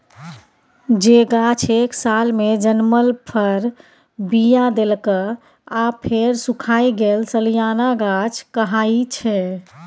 जे गाछ एक सालमे जनमल फर, बीया देलक आ फेर सुखाए गेल सलियाना गाछ कहाइ छै